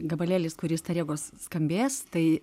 gabalėlis kuris tą regos skambės tai